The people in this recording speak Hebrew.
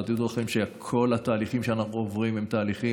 אבל תדעו לכם שכל התהליכים שאנחנו עוברים הם תהליכים,